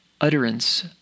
utterance